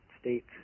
states